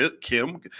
Kim